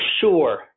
sure